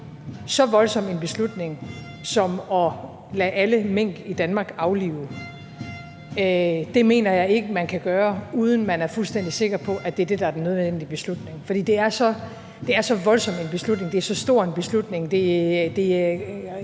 så voldsom beslutning at lade alle mink i Danmark aflive, mener jeg ikke man kan gøre, uden at man er fuldstændig sikker på, at det er det, der er den nødvendige beslutning, fordi det er så voldsom en beslutning, det er så stor en beslutning,